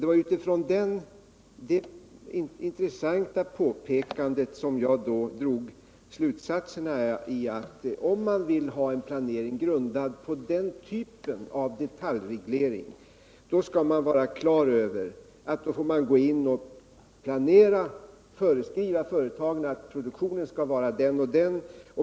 Det var utifrån det intressanta påpekandet som jag drog slutsatsen, att om man vill ha en planering grundad på den typen av detaljreglering måste man föreskriva företagen hur stor produktionen skall vara.